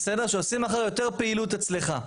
שעושים מחר יותר פעילות אצלך,